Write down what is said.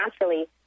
naturally